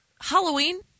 Halloween